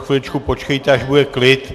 Chviličku počkejte, až bude klid.